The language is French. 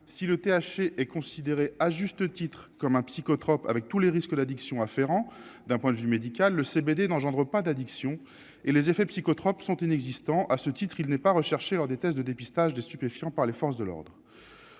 si le THC est considéré à juste titre comme un psychotrope, avec tous les risques d'addiction, d'un point de vue médical le CBD n'engendre pas d'addiction et les effets psychotropes sont inexistants, à ce titre, il n'est pas recherché lors des tests de dépistage des stupéfiants par les forces de l'ordre,